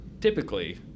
typically